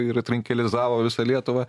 ir trinkelizavo visą lietuvą